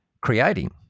creating